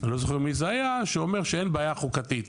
אני לא זוכר מי זה היה, שאומר שאין בעיה חוקתית.